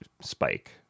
spike